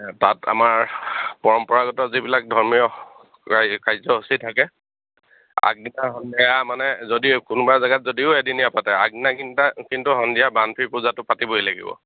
তাত আমাৰ পৰম্পৰাগত যিবিলাক ধৰ্মীয় কাৰ্যসূচী থাকে আগদিনা সন্ধিয়া মানে যদিও কোনোবা জেগাত যদিও এদিনীয়া পাতে আগদিনা কিন্তু সন্ধিয়া বানফী পূজাটো পাতিবই লাগিব